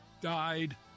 died